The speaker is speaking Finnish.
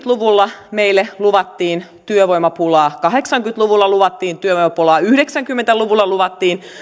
luvulla meille luvattiin työvoimapulaa kahdeksankymmentä luvulla luvattiin työvoimapulaa yhdeksänkymmentä luvulla luvattiin